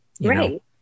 Right